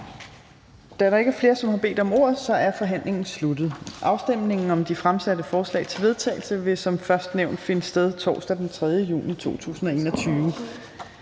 Da der ikke er flere, som har bedt om ordet, er forhandlingen sluttet. Afstemning om de fremsatte forslag til vedtagelse vil som først nævnt finde sted torsdag den 3. juni 2021.